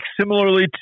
similarly